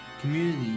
community